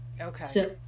Okay